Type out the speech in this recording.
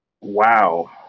Wow